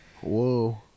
Whoa